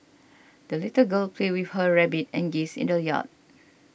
the little girl played with her rabbit and geese in the yard